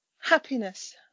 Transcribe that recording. Happiness